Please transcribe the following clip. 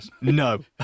no